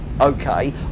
Okay